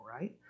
right